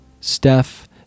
Steph